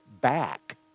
back